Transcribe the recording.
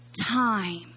time